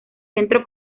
centro